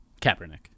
Kaepernick